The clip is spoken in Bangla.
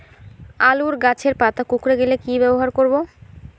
আলুর গাছের পাতা কুকরে গেলে কি ব্যবহার করব?